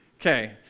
okay